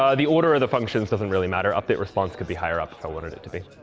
um the order of the functions doesn't really matter updateresponse could be higher up, if i wanted it to be.